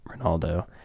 Ronaldo